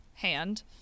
Hand